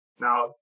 Now